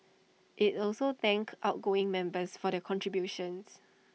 IT also thanked outgoing members for their contributions